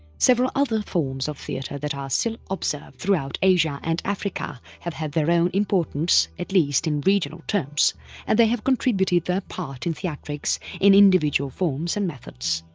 several other forms of theatre that are still observed throughout asia and africa have had their own importance at least in regional terms and they have contributed their part in theatrics in individual forms and methods.